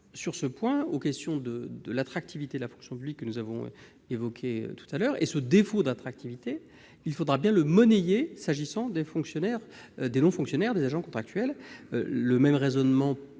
revenons à la question de l'attractivité de la fonction publique, que nous avons évoquée précédemment. Ce défaut d'attractivité, il faudra bien le monnayer s'agissant des non-fonctionnaires, c'est-à-dire des agents contractuels. Le même raisonnement